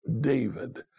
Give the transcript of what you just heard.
David